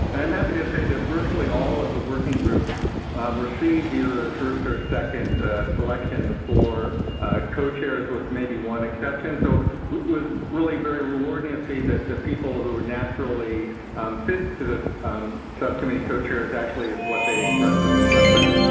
and i'm happy to say that virtually all of the working group received either their first or second selection for co-chairs with maybe one exception. so, it was really very rewarding to see that the people who naturally fit to this subcommittee co-chair is actually what they expressed as a preference.